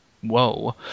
whoa